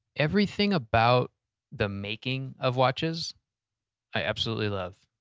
everything about the making of watches i absolutely love.